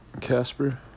Casper